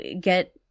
get